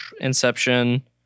Inception